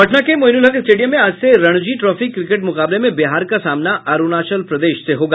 पटना के मोइनुलहक स्टेडियम में आज से रणजी ट्रॉफी क्रिकेट मुकाबले में बिहार का सामना अरूणाचल प्रदेश से होगा